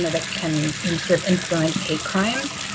that can and sort of influence hate crimes.